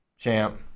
Champ